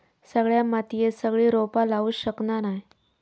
सगळ्या मातीयेत सगळी रोपा लावू शकना नाय